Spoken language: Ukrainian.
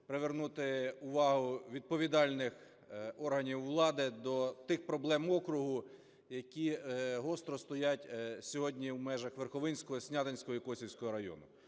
привернути увагу відповідальних органів влади до тих проблем округу, які гостро стоять сьогодні в межах Верховинського, Снятинського і Косівського районів.